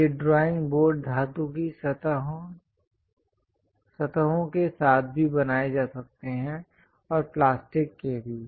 तो ये drawing board धातु की सतहों के साथ भी बनाए जा सकते हैं और प्लास्टिक के भी